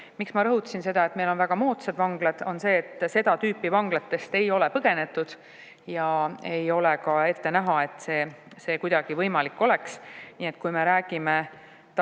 miks ma rõhutasin seda, et meil on väga moodsad vanglad, on see, et seda tüüpi vanglatest ei ole põgenetud ja ei ole ka ette näha, et see kuidagi võimalik oleks. Nii et kui me räägime Tartu